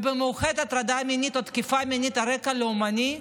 ובמיוחד הטרדה מינית או תקיפה מינית על רקע לאומני,